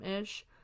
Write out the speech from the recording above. ish